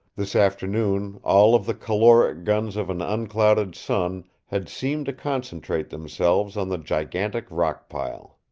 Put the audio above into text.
this afternoon all of the caloric guns of an unclouded sun had seemed to concentrate themselves on the gigantic rock-pile.